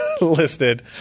listed